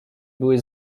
były